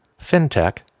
FinTech